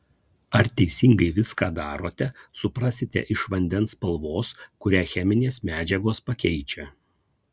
ar teisingai viską darote suprasite iš vandens spalvos kurią cheminės medžiagos pakeičia